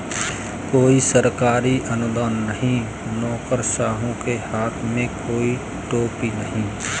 कोई सरकारी अनुदान नहीं, नौकरशाहों के हाथ में कोई टोपी नहीं